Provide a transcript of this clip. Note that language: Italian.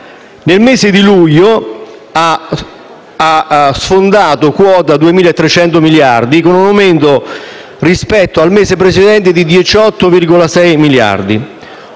Nel mese di luglio ha sfondato quota 2.300 miliardi con un aumento, rispetto al mese precedente, di 18,6 miliardi,